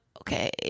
okay